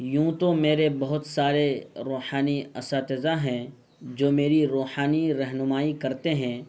یوں تو میرے بہت سارے روحانی اساتذہ ہیں جو میری روحانی رہنمائی کرتے ہیں